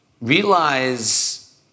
realize